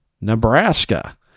nebraska